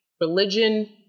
religion